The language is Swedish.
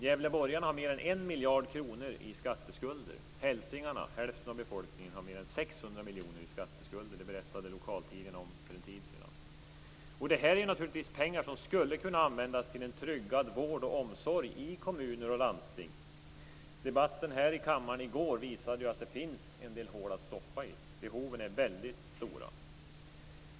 Gävleborgarna har mer än 1 miljard kronor i skatteskulder. Hälsingarna, hälften av befolkningen, har mer än 600 miljoner i skatteskulder. Det berättade lokaltidningen om för ett tag sedan. Det är naturligtvis pengar som skulle kunna användas till en tryggad vård och omsorg i kommuner och landsting. Debatten här i kammaren i går visade ju att det finns en del hål att stoppa i. Behoven är väldigt stora.